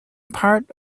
part